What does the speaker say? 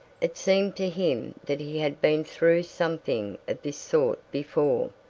it seemed to him that he had been through something of this sort before.